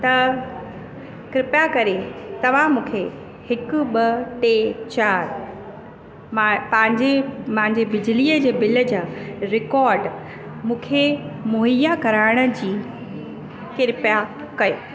त कृप्या करे तव्हां मूंखे हिक ॿ टे चारि मां पंहिंजी मांजी बिजलीअ जे बिल जा रिकॉड मूंखे मुहैया कराइण जी कृप्या कयो